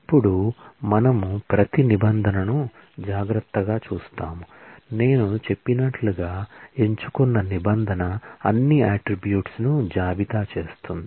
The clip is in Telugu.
ఇప్పుడు మనము ప్రతి నిబంధనను జాగ్రత్తగా చూస్తాము నేను చెప్పినట్లుగా ఎంచుకున్న నిబంధన అన్ని అట్ట్రిబ్యూట్స్ ను జాబితా చేస్తుంది